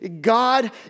God